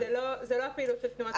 זה לא הפעילויות של תנועות הנוער.